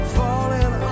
falling